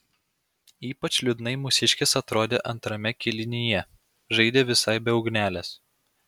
ypač liūdnai mūsiškės atrodė antrame kėlinyje žaidė visai be ugnelės